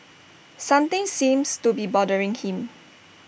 something seems to be bothering him